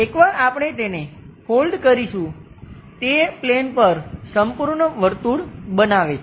એકવાર આપણે તેને ફોલ્ડ કરીશું તે પ્લેન પર સંપૂર્ણ વર્તુળ બનાવે છે